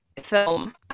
film